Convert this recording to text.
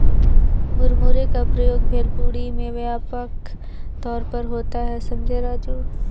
मुरमुरे का प्रयोग भेलपुरी में व्यापक तौर पर होता है समझे राजू